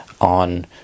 on